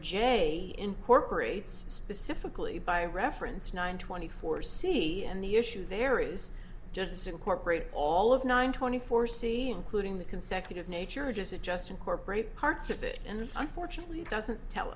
j incorporates specifically by reference nine twenty four c and the issue there is justice incorporate all of nine twenty four c including the consecutive nature of this it just incorporate parts of it and unfortunately it doesn't tell